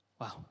Wow